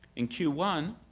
in q one,